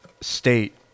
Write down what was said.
state